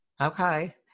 Okay